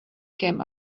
came